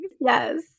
Yes